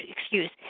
excuse